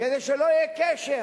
כדי שלא יהיה קשר